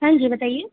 हाँ जी बताइए